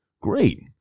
Great